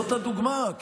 זאת הדוגמה.